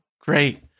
Great